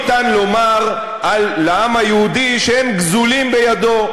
איזה מקומות לא ניתן לומר לעם היהודי שהם גזולים בידו,